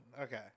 Okay